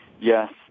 yes